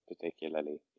particularly